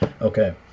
Okay